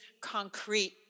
concrete